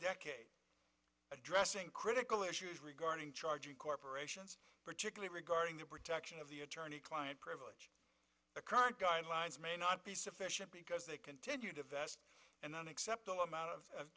decade addressing critical issues regarding charging corporations particularly regarding the protection of the attorney client privilege the current guidelines may not be sufficient because they continue to vest and then accept the amount of